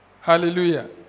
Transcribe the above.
Hallelujah